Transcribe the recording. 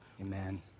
Amen